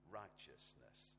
righteousness